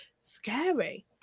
scary